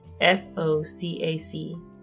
FOCAC